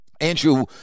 Andrew